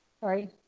sorry